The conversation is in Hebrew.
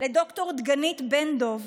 לד"ר דגנית בן דב,